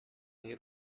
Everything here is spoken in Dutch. hier